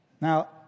Now